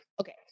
okay